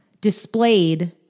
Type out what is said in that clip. displayed